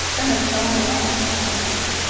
and have known the loss of a loved one,